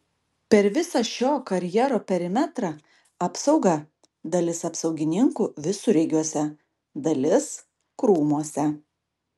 per visą šio karjero perimetrą apsauga dalis apsaugininkų visureigiuose dalis krūmuose